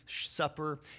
Supper